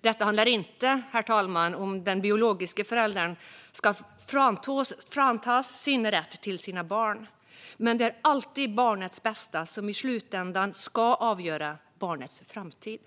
Detta handlar inte, herr talman, om att de biologiska föräldrarna ska fråntas sin rätt till sina barn, men det är alltid barnets bästa som i slutändan ska avgöra barnets framtid.